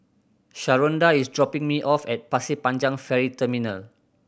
Sharonda is dropping me off at Pasir Panjang Ferry Terminal